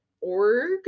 org